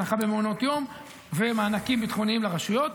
הנחה במעונות יום ומענקים ביטחוניים לרשויות.